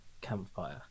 campfire